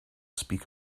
speak